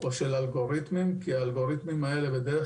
או של אלגוריתמים כי האלגוריתמים האלה בדרך